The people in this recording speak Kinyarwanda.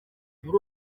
muri